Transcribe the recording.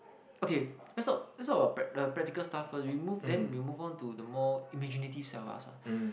okay let's talk let's talk about prac~ the practical stuff first we move then we move on to the more imaginative side of us ah